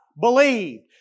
believed